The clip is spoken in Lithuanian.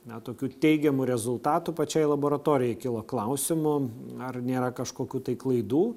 na tokių teigiamų rezultatų pačiai laboratorijai kilo klausimų ar nėra kažkokių tai klaidų